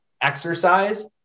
exercise